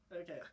Okay